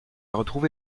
retrouvé